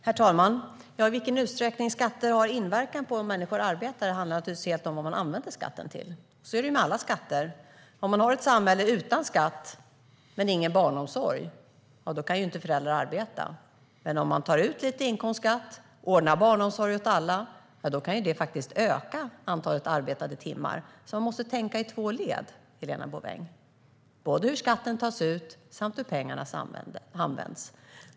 Herr talman! I vilken utsträckning skatter har inverkan på om människor arbetar handlar naturligtvis helt om vad man använder skatten till. Så är det med alla skatter. Om man har ett samhälle utan skatt men ingen barnomsorg kan föräldrar inte arbeta. Men om man tar ut lite inkomstskatt och ordnar barnomsorg åt alla kan det faktiskt öka antalet arbetade timmar. Man måste tänka i två led, Helena Bouveng, både hur skatten tas ut och hur pengarna används.